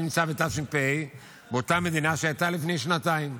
אני נמצא בתשפ"ה, באותה מדינה שהייתה לפני שנתיים.